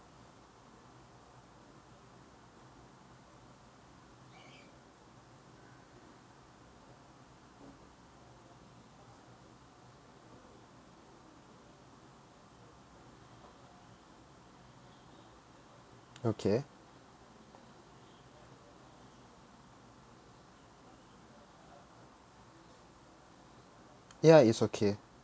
okay ya it's okay